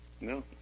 No